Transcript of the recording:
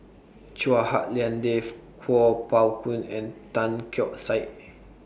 Chua Hak Lien Dave Kuo Pao Kun and Tan Keong Saik